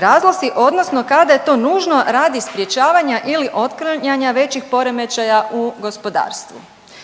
razlozi odnosno kada je to nužno radi sprječavanja ili otklanjanja većih poremećaja u gospodarstvu.